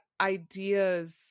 ideas